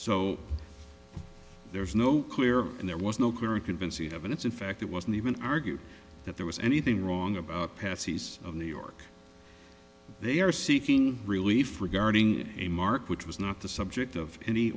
so there's no clear and there was no clear and convincing evidence in fact it wasn't even argued that there was anything wrong about patsy's of new york they are seeking relief regarding a mark which was not the subject of any